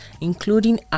including